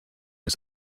his